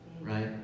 Right